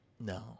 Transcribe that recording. No